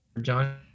John